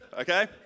okay